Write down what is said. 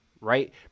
right